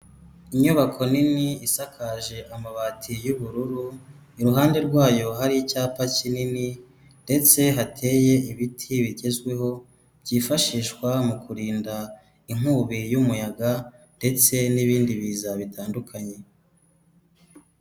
Inyubako nini isakaje amabati y'ubururu, iruhande rwayo hari icyapa kinini ndetse hateye ibiti bigezweho, byifashishwa mu kurinda inkubi y'umuyaga ndetse n'ibindi biza bitandukanye.